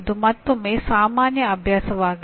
ಇದು ಮತ್ತೊಮ್ಮೆ ಸಾಮಾನ್ಯ ಅಭ್ಯಾಸವಾಗಿದೆ